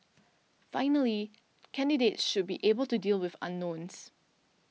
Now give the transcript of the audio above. finally candidates should be able to deal with unknowns